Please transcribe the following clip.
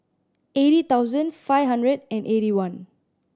eighty thousand five hundred and eighty one